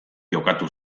jokatu